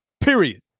Period